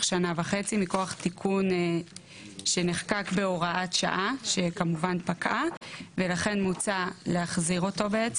שנה וחצי מכוח תיקון שנחקק בהוראת שעה שפקעה ולכן מוצע להחזיר אותו.